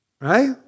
Right